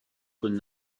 could